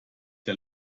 der